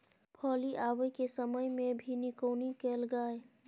फली आबय के समय मे भी निकौनी कैल गाय?